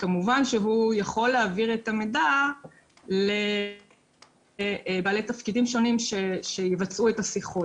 כמובן שהוא יכול להעביר את המידע לבעלי תפקידים שונים שיבצעו את השיחות.